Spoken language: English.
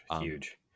Huge